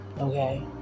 Okay